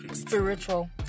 Spiritual